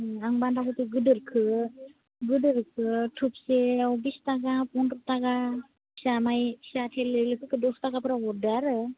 आं बान्दाखबि गोदोरखो गोदोरखो थोबसेआव बिसथाखा फनद्र'थाखा फिसा नाय फिसा थेलेबलेब फोरखो दसथाखाफोराव हरदो आरो